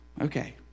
Okay